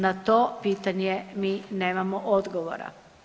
Na to pitanje mi nemamo odgovora.